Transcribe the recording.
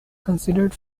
considered